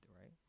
right